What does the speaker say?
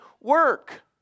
work